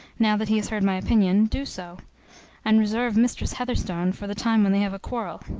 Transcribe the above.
now that he has heard my opinion, do so and reserve mistress heatherstone for the time when they have a quarrel.